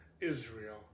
Israel